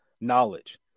knowledge